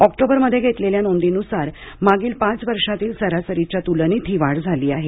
ऑक्टोबरमध्ये घेतलेल्या नोंदीनुसार मागील पाच वर्षांतील सरासरीच्या तुलनेत ही वाढ झाली आहे